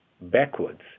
backwards